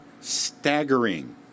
staggering